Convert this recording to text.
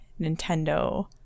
nintendo